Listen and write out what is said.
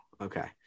Okay